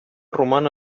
rumano